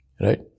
Right